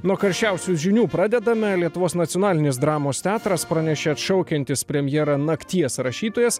nuo karščiausių žinių pradedame lietuvos nacionalinis dramos teatras pranešė atšaukiantis premjerą nakties rašytojas